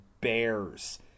Bears